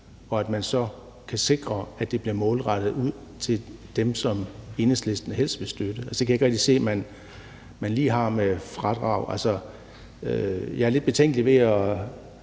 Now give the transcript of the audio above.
og at man så kan sikre, at det bliver målrettet ud til dem, som Enhedslisten helst vil støtte. Det kan jeg ikke rigtig se at man lige har med et fradrag. Altså, jeg er lidt betænkelig ved at